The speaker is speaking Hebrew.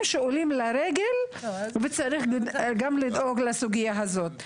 שעולים לרגל וצריך לדאוג לסוגיה הזאת.